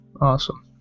Awesome